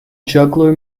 juggler